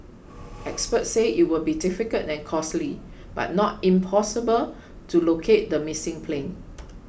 experts say it will be difficult and costly but not impossible to locate the missing plane